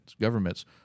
governments